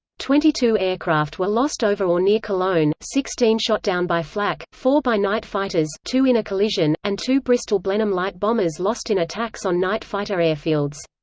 twenty two aircraft were lost over or near cologne, sixteen shot down by flak, four by night fighters, two in a collision, and two bristol blenheim light bombers lost in attacks on night fighter airfields.